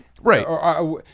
Right